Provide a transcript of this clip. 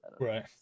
right